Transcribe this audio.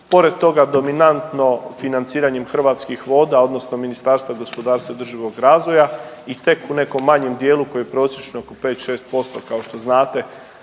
pored toga dominantno financiranjem Hrvatskih voda odnosno Ministarstva gospodarstva i održivog razvoja i tek u nekom manjem dijelu koji je prosječno oko 5-6% kao što znate